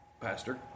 Pastor